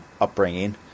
upbringing